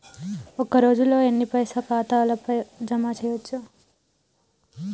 ఒక రోజుల ఎన్ని పైసల్ ఖాతా ల జమ చేయచ్చు?